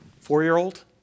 four-year-old